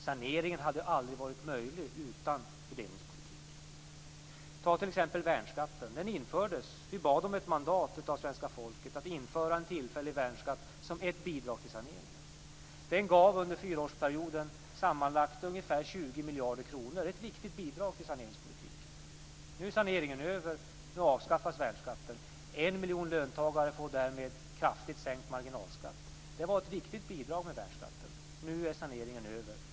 Saneringen hade aldrig varit möjlig utan fördelningspolitiken. Ta t.ex. värnskatten. Vi bad om ett mandat av svenska folket för att införa en tillfällig värnskatt som ett bidrag till saneringen. Den gav under fyraårsperioden sammanlagt ungefär 20 miljarder kronor. Det är ett viktigt bidrag till saneringspolitiken. Nu är saneringen över. Nu avskaffas värnskatten. En miljon löntagare får därmed kraftigt sänkt marginalskatt. Värnskatten var ett viktigt bidrag. Nu är saneringen över.